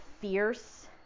fierce